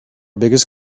biggest